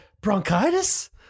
bronchitis